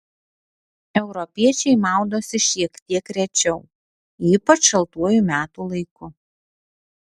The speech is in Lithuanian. europiečiai maudosi šiek tiek rečiau ypač šaltuoju metų laiku